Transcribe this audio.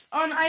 on